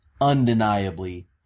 undeniably